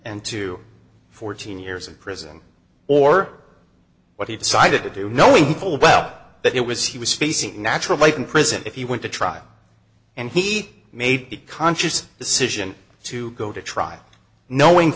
and to fourteen years in prison or what he decided to do knowing full well that it was he was facing a natural life in prison if he went to trial and he made the conscious decision to go to trial knowing